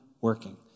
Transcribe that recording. working